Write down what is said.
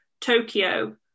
Tokyo